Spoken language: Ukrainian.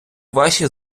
ваші